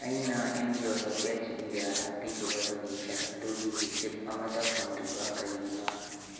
ꯑꯩꯅ N G O HelpAge ꯏꯟꯗꯤꯌꯥꯗ ꯄꯤꯈꯤꯕ ꯗꯣꯅꯦꯁꯟ ꯑꯗꯨꯒꯤ ꯔꯤꯁꯤꯞ ꯑꯃꯠꯇ ꯐꯪꯗ꯭ꯔꯤꯕ ꯀꯔꯤꯒꯤꯅꯣ